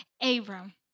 Abram